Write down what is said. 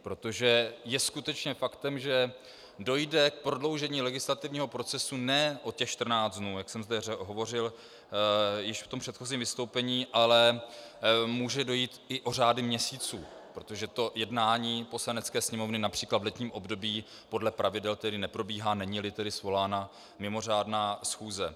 Protože je skutečně faktem, že dojde k prodloužení legislativního procesu ne o 14 dnů, jak jsem zde hovořil již v předchozím vystoupení, ale může jít i o řády měsíců, protože to jednání Poslanecké sněmovny například v letním období podle pravidel tedy neprobíhá, neníli svolána mimořádná schůze.